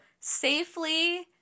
safely